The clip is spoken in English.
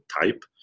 type